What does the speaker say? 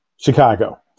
Chicago